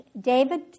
David